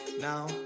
Now